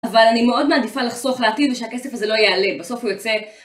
אבל אני מאוד מעדיפה לחסוך לעתיד ושהכסף הזה לא ייעלם. בסוף הוא יוצא...